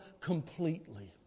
completely